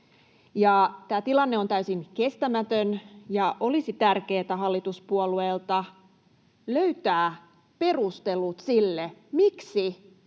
Tämä tilanne on täysin kestämätön, ja olisi tärkeätä hallituspuolueilta löytää perustelut sille, miksi